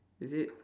is it